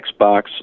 Xbox